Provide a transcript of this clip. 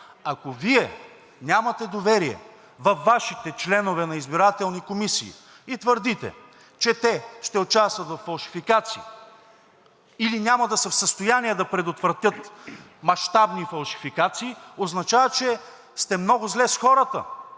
Ако Вие нямате доверие във Вашите членове на избирателни комисии и твърдите, че те ще участват във фалшификации или няма да са в състояние да предотвратят мащабни фалшификации, означава, че сте много зле с хората.